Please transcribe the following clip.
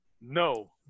No